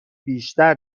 بیشتر